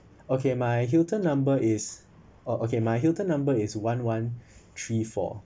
okay my hilton number is oh okay my hilton number is one one three four